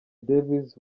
davis